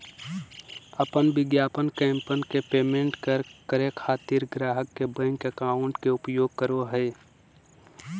अपन विज्ञापन कैंपेन के पेमेंट करे खातिर ग्राहक के बैंक अकाउंट के उपयोग करो हइ